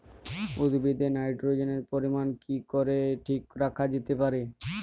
উদ্ভিদে নাইট্রোজেনের পরিমাণ কি করে ঠিক রাখা যেতে পারে?